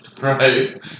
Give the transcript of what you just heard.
Right